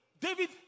David